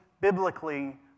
biblically